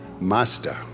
Master